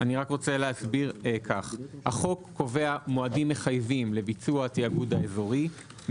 אני כתבתי מכתבים לדירקטוריון חברת